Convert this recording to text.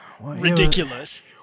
ridiculous